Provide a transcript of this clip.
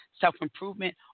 self-improvement